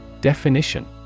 Definition